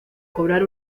cobrar